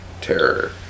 terror